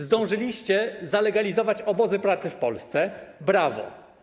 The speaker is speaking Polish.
Zdążyliście zalegalizować obozy pracy w Polsce - brawo.